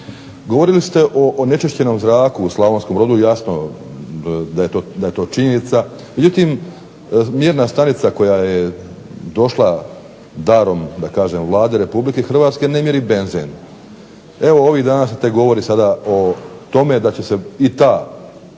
Govorili ste o onečišćenom zraku u Slavonskom Brodu, jasno da je to činjenica, međutim mjerna stanica koja je došla darom da kažem Vlade RH ne mjeri benzen. Evo, ovih dana se govori sada o tome da će se i ta dakle